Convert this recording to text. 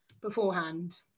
beforehand